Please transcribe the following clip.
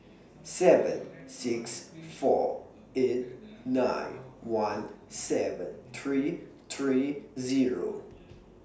seven six four eight nine one seven three three Zero